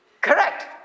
Correct